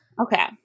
Okay